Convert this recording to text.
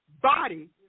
body